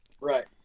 Right